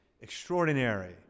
extraordinary